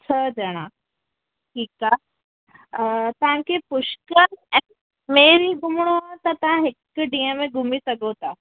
छह ॼणा ठीकु आहे अ तव्हांखे पुष्कर ऐं प्लेन घुमणो आहे त तव्हां हिकु ॾींहुं में घुमी सघो था